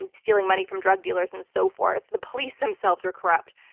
and stealing money from drug dealers and so forth. the police themselves were corrupt.